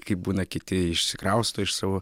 kaip būna kiti išsikrausto iš savo